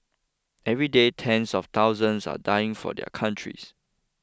every day tens of thousands are dying for their countries